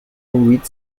with